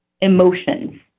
emotions